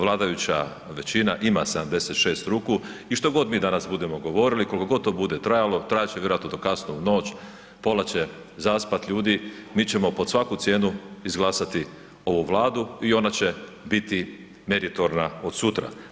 Vladajuća većina ima 76 ruku i što god mi danas budemo govorili, koliko god to bude trajalo, trajat će vjerojatno do kasno u noć, pola će zaspati ljudi, mi ćemo pod svaku cijenu izglasati ovu Vladu i ona će biti meritorna od sutra.